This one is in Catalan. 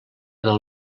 del